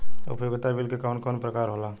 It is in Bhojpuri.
उपयोगिता बिल के कवन कवन प्रकार होला?